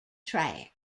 track